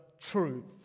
truth